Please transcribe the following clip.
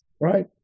right